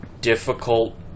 difficult